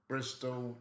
Bristol